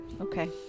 okay